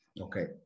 Okay